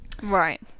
Right